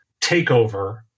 takeover